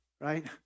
right